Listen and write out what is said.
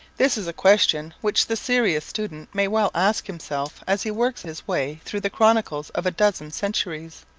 this is a question which the serious student may well ask himself as he works his way through the chronicles of a dozen centuries.